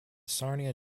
sarnia